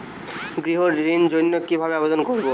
গৃহ ঋণ জন্য কি ভাবে আবেদন করব?